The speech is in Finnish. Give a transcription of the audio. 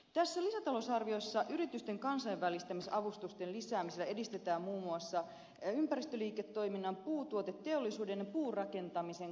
tässä lisätalousarviossa yritysten kansainvälistämisavustusten lisäämisellä edistetään muun muassa ympäristöliiketoiminnan puutuoteteollisuuden ja puurakentamisen kansainvälistymistä